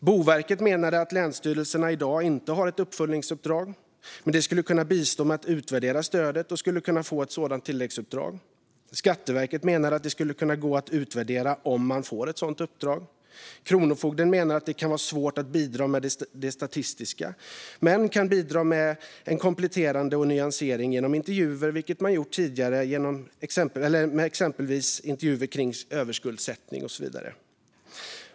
Boverket menade att länsstyrelserna i dag inte har ett uppföljningsuppdrag, men de skulle kunna bistå med att utvärdera stödet och skulle kunna få ett sådant tilläggsuppdrag. Skatteverket menade att det skulle kunna gå att utvärdera om man får ett sådant uppdrag. Kronofogden menar att det kan vara svårt att bidra med det statistiska men kan bidra med kompletterande och nyansering genom intervjuer, vilket man gjort tidigare med exempelvis intervjuer kring överskuldsättning och så vidare.